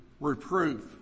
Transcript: reproof